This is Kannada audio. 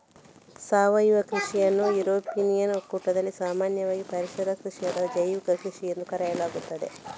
ಸಾವಯವ ಕೃಷಿಯನ್ನು ಯುರೋಪಿಯನ್ ಒಕ್ಕೂಟದಲ್ಲಿ ಸಾಮಾನ್ಯವಾಗಿ ಪರಿಸರ ಕೃಷಿ ಅಥವಾ ಜೈವಿಕ ಕೃಷಿಎಂದು ಕರೆಯಲಾಗುತ್ತದೆ